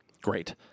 Great